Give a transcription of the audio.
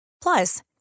Plus